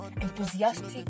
enthusiastic